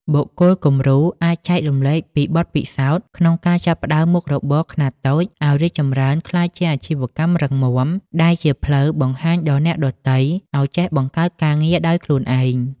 បុគ្គលគំរូអាចចែករំលែកពីបទពិសោធន៍ក្នុងការចាប់ផ្ដើមមុខរបរខ្នាតតូច ឱ្យរីកចម្រើនក្លាយជាអាជីវកម្មរឹងមាំ ដែលជាផ្លូវបង្ហាញដល់អ្នកដទៃឱ្យចេះបង្កើតការងារដោយខ្លួនឯង។